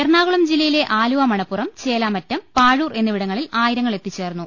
എറണാകുളം ജില്ലയിലെ ആലുവാ മണപ്പുറം ചേലാമറ്റം പാഴൂർ എന്നിവിടങ്ങളിൽ ആയിരങ്ങൾ എത്തിച്ചേർന്നു